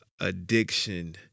addiction